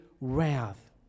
wrath